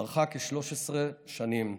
ארכה כ-13 שנים,